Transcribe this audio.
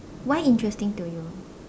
why interesting to you